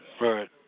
Right